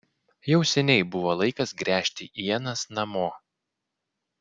jau seniai buvo laikas gręžti ienas namo